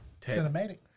Cinematic